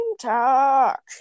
Talk